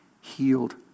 healed